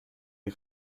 der